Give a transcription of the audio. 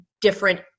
different